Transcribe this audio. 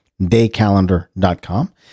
daycalendar.com